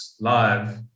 live